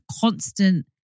constant